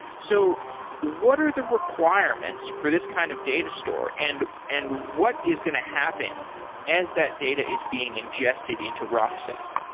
so what are the requirements for this kind of data store and and what what is going to happen as that data is being ingested into rockset?